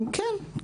כן,